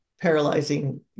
paralyzing